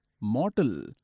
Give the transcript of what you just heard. mortal